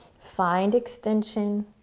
find extension.